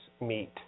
Meet